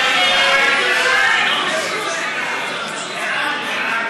ההצעה להעביר